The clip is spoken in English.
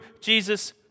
Jesus